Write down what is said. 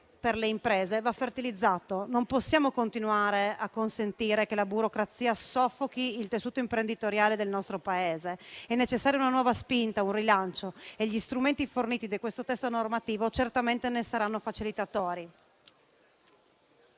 per le imprese va fertilizzato. Non possiamo continuare a consentire che la burocrazia soffochi il tessuto imprenditoriale del nostro Paese. È necessaria una nuova spinta, un rilancio e gli strumenti forniti di questo testo normativo certamente ne saranno facilitatori.